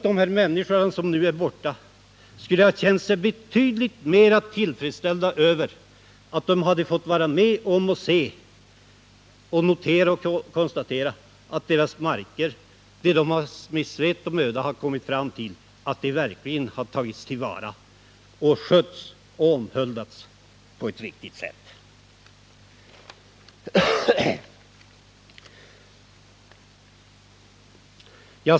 De människor som nu är borta skulle ha känt sig betydligt mer tillfredsställda, om de vetat att den mark som de kultiverat verkligen tagits till vara och skötts på ett riktigt sätt.